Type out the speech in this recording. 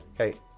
Okay